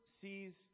sees